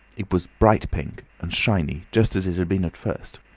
it was bright, pink, and shiny just as it had been at first.